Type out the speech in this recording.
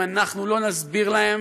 אם אנחנו לא נסביר להם